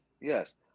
Yes